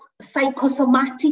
psychosomatic